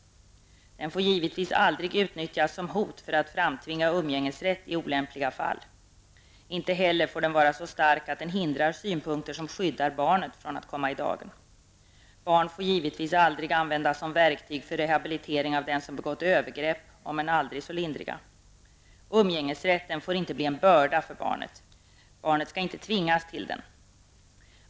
Den får givetvis aldrig utnyttjas som ett hot för att framtvinga umgängesrätt i olämpliga fall. Inte heller får den vara så stark att den förhindrar att synpunkter som skyddar barnet kommer i dagen. Barn får givetvis aldrig användas som verktyg i rehabiliteringen av den som begått övergrepp -- om än aldrig så lindriga. Umgängesrätten får inte bli en börda för barnet. Barnet skall inte tvingas till den.